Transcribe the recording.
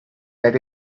that